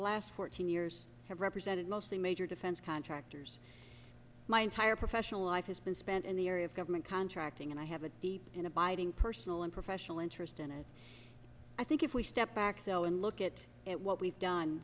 the last fourteen years i have represented mostly major defense contractors my entire professional life has been spent in the area of government contracting and i have a deep and abiding personal and professional interest in it i think if we step back so and look at it what we've done